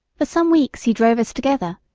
for some weeks he drove us together,